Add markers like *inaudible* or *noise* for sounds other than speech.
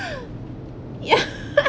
ya *laughs*